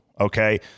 okay